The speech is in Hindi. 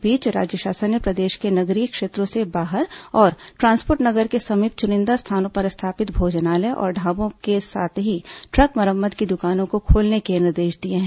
इस बीच राज्य शासन ने प्रदेश के नगरीय क्षेत्रों से बाहर और ट्रांसपोर्ट नगर के समीप चुंनिदा स्थानों पर स्थापित भोजनालय और ढाबो के साथ ही ट्रक मरम्मत की दुकानों को खोलने के निर्देश दिए हैं